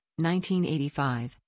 1985